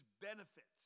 benefits